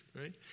Right